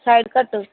సైడ్కట్టు